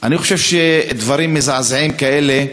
אני חושב שדברים מזעזעים כאלה,